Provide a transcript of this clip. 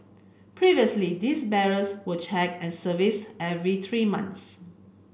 previously these barriers were checked and serviced every three months